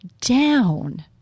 down